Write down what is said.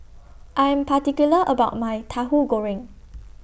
I Am particular about My Tahu Goreng